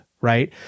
right